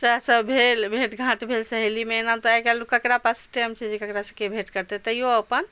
सएह सब भेल भेट घाँट भेल सहेली मे एना तऽ आइ काल्हि ककरा पास टाइम छै जे ककरा सँ के भेट करतै तैयो अपन